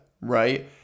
right